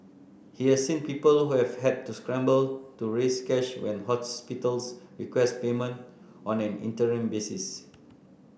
he has seen people who have had to scramble to raise cash when hospitals request payment on an interim basis